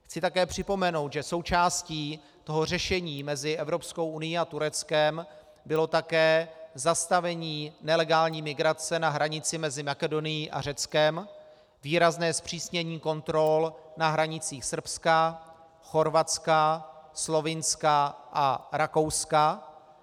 Chci také připomenout, že součástí řešení mezi Evropskou unií a Tureckem bylo také zastavení nelegální migrace na hranici mezi Makedonií a Řeckem, výrazné zpřísnění kontrol na hranicích Srbska, Chorvatska, Slovinska a Rakouska.